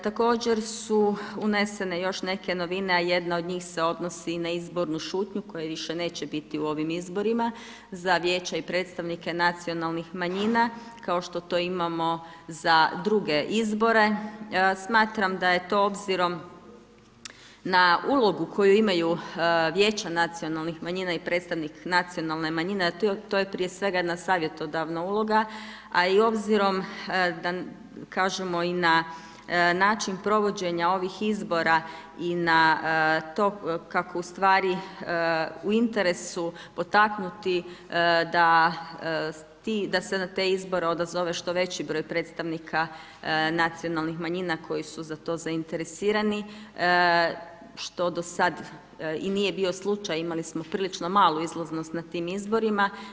Također su unesene još neke novine, a jedna od njih se odnosi i na izbornu šutnju koje više neće biti u ovim izborima za vijeća i predstavnike nacionalnih manjina, kao što to imamo za druge izbore, smatram da je to obzirom na ulogu koju imaju vijeća nacionalnih manjina i predstavnik nacionalne manjine, a to je prije svega jedna savjetodavna uloga, a obzirom da kažemo i na način provođenja ovih izbora i na to kako u stvari u interesu potaknuti da se na te izbore odazove što veći broj predstavnika nacionalnih manjina koji su za to zainteresirani, što do sad i nije bio slučaj, imali smo prilično malu izlaznost na tim izborima.